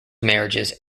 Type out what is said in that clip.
marriages